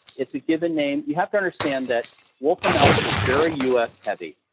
it's a given name, you have to understand that wolfram alpha is very us heavy.